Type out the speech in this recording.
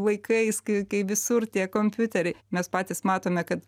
laikais kai visur tie kompiuteriai mes patys matome kad